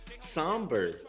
somber